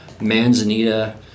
manzanita